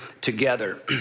together